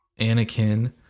anakin